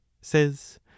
says